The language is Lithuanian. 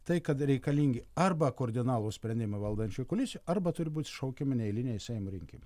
tai kad reikalingi arba kordinalūs sprendimai valdančioj koalicijoj arba turi būt šaukiami neeiliniai seimo rinkimai